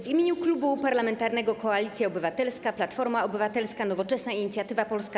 W imieniu Klubu Parlamentarnego Koalicja Obywatelska - Platforma Obywatelska, Nowoczesna, Inicjatywa Polska,